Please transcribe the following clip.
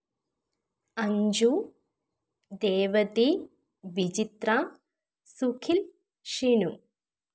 Anju Devathi Vichitra Sukhil Shinu